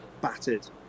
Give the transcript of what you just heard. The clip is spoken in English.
battered